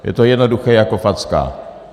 Je to jednoduché jak facka.